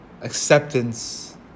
Acceptance